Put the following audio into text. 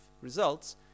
results